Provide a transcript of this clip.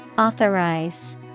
Authorize